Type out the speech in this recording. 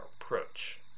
approach